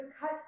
cut